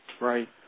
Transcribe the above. Right